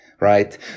right